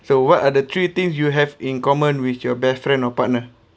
so what are the three things you have in common with your best friend or partner